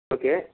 okay